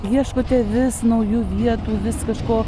ieškote vis naujų vietų vis kažko